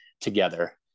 together